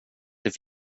det